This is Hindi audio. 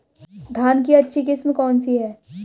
धान की अच्छी किस्म कौन सी है?